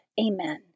Amen